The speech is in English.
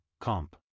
comp